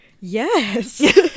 yes